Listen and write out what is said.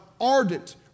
ardent